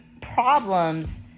problems